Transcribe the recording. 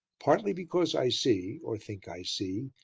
partly because i see, or think i see,